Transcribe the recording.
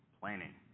planning